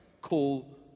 Call